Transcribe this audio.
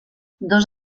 dos